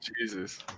Jesus